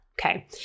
Okay